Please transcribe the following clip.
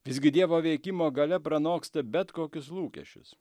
visgi dievo veikimo galia pranoksta bet kokius lūkesčius